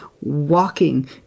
walking